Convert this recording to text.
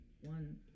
One